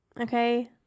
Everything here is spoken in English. okay